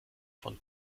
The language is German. von